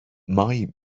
mae